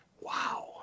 wow